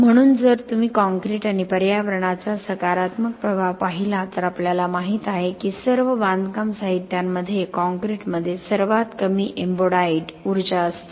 म्हणून जर तुम्ही काँक्रीट आणि पर्यावरणाचा सकारात्मक प्रभाव पाहिला तर आपल्याला माहित आहे की सर्व बांधकाम साहित्यांमध्ये कॉंक्रिटमध्ये सर्वात कमी एम्बोडाइडembodied ऊर्जा असते